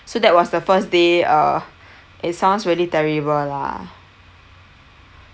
so that was the first day err it sounds really terrible lah